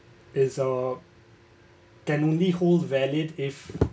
is uh can only hold valid if